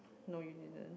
no you didn't